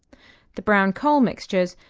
the brown coal mixtures,